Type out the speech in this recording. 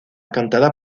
cantada